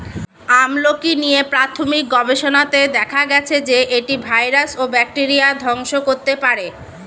আমলকী নিয়ে প্রাথমিক গবেষণাতে দেখা গেছে যে, এটি ভাইরাস ও ব্যাকটেরিয়া ধ্বংস করতে পারে